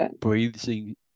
breathing